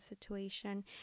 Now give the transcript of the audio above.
situation